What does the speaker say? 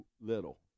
little